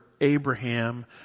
Abraham